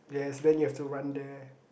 yes then you have to run there